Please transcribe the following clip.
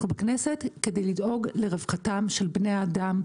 אנחנו בכנסת כדי לדאוג לרווחתם של בני האדם,